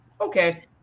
okay